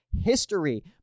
history